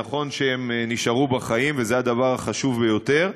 נכון שהם נשארו בחיים, וזה הדבר החשוב ביותר,